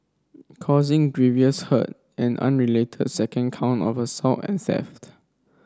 causing grievous hurt an unrelated second count of assault and theft